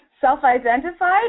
Self-identified